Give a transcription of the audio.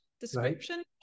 description